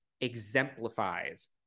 exemplifies